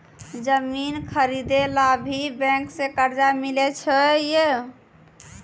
जमीन खरीदे ला भी बैंक से कर्जा मिले छै यो?